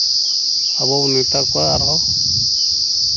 ᱟᱵᱚ ᱵᱚᱱ ᱢᱮᱛᱟ ᱠᱚᱣᱟ ᱟᱨᱦᱚᱸ